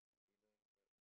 they never invite